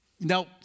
Now